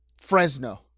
Fresno